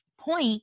point